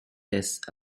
tests